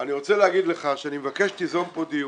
אני רוצה להגיד לך שאני מבקש שתיזום פה דיון,